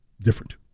different